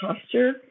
posture